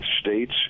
states